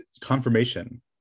confirmation